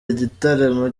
igitaramo